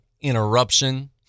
interruption